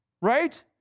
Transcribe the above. Right